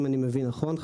אם אני מבין נכון,